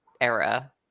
era